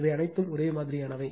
இவை அனைத்தும் ஒரே மாதிரியானவை